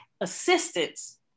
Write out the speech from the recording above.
assistance